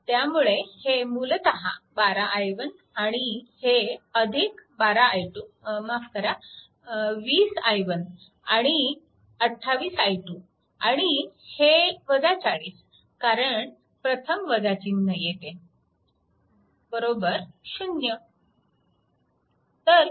त्यामुळे हे मूलतः 12 i1 आणि हे 12 i2 माफ करा 20i1 आणि 28 i2 आणि हे 40 कारण प्रथम चिन्ह येते 0